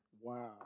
Wow